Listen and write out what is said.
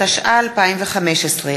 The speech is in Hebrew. התשע"ה 2015,